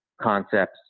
concepts